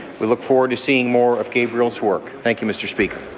we look forward to seeing more of gabriel's work. thank you. mr. speaker